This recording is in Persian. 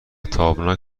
تابناک